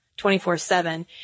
24-7